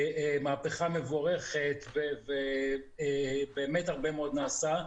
מהפכה מבורכת ובאמת הרבה מאוד נעשה.